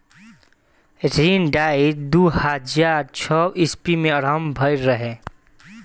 ऋण डाइट दू हज़ार छौ ईस्वी में आरंभ भईल रहे